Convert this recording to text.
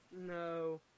No